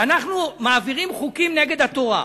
ואנחנו מעבירים חוקים נגד התורה,